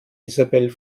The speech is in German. isabel